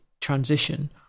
transition